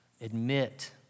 admit